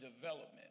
development